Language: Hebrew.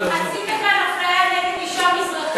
אתה עשית כאן אפליה נגד אישה מזרחית,